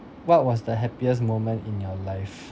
what was the happiest moment in your life